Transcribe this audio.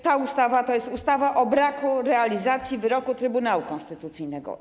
Ta ustawa to ustawa o braku realizacji wyroku Trybunału Konstytucyjnego.